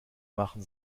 machen